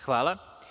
Hvala.